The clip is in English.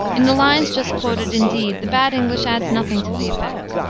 in the lines just quoted, indeed, the bad english adds nothing to the effect.